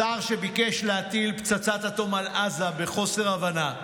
השר שביקש להטיל פצצת אטום על עזה, בחוסר הבנה,